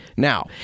Now